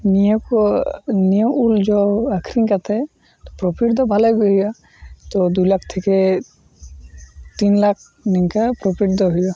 ᱱᱤᱭᱟᱹᱠᱚ ᱱᱤᱭᱟᱹ ᱩᱞ ᱡᱚ ᱟᱠᱷᱨᱤᱧ ᱠᱟᱛᱮᱫ ᱯᱚᱯᱷᱤᱴᱫᱚ ᱵᱷᱟᱹᱞᱤᱜᱮ ᱦᱩᱭᱩᱜᱼᱟ ᱛᱚ ᱫᱩᱞᱟᱠᱷ ᱛᱷᱮᱠᱮ ᱛᱤᱱ ᱞᱟᱠᱷ ᱱᱤᱝᱠᱟ ᱯᱚᱯᱷᱤᱴᱫᱚ ᱦᱩᱭᱩᱜᱼᱟ